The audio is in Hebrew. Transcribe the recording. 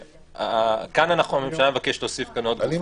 שכאן הממשלה מבקשת להוסיף עוד נושאים.